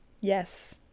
Yes